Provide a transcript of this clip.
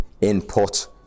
input